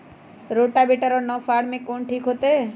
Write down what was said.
Rotavator और नौ फ़ार में कौन ठीक होतै?